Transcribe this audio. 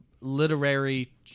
literary